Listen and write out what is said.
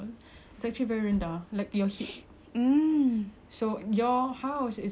so your house it's already scary for me I don't know about skydiving but I wanna try